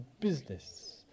business